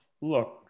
Look